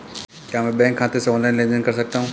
क्या मैं बैंक खाते से ऑनलाइन लेनदेन कर सकता हूं?